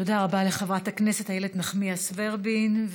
תודה רבה לחברת הכנסת איילת נחמיאס ורבין.